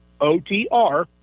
otr